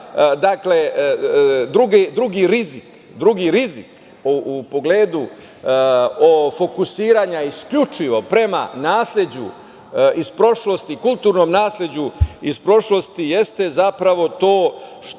drugi rizik u pogledu fokusiranja isključivo prema nasleđu iz prošlosti, kulturnom nasleđu iz prošlosti jeste zapravo to što